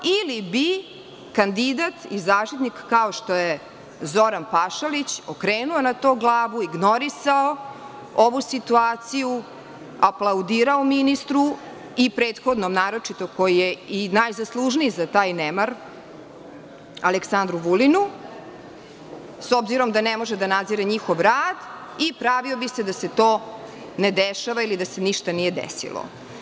Ili bi kandidat i Zaštitnik, kao što je Zoran Pašalić, okrenuo na to glavu, ignorisao ovu situaciju, aplaudirao ministru i prethodnom, naročito, koji je i najzaslužniji za taj nemar, Aleksandru Vulinu, s obzirom da ne može da nadzire njihov rad i pravio bi se da se to ne dešava ili da se ništa nije desilo.